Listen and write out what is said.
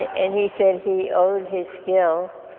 and he said he owed his skill